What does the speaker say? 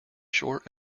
short